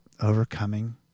overcoming